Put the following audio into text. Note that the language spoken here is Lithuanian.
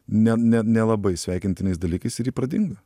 ne ne nelabai sveikintinais dalykais ir ji pradingo